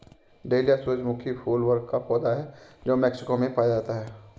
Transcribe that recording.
dahlia सूरजमुखी फूल वर्ग का पौधा है जो मेक्सिको में पाया जाता है